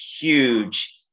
huge